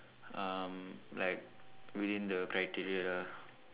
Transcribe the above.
um like within the criteria lah